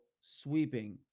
sweeping